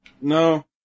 No